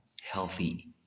healthy